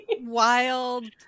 wild